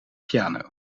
piano